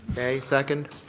okay, second.